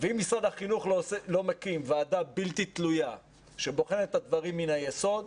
ואם משרד החינוך לא מקים ועדה בלתי תלויה שבוחנת את הדברים מן היסוד,